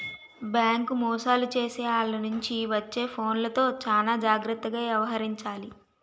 bank మోసాలు చేసే ఆల్ల నుంచి వచ్చే ఫోన్లతో చానా జాగర్తగా యవహరించాలి